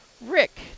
rick